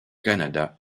canada